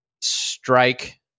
Strike